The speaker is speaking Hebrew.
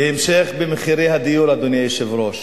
בהמשך, במחירי הדיור, אדוני היושב-ראש,